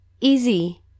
easy